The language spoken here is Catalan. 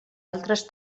altres